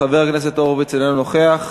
חבר הכנסת הורוביץ, איננו נוכח.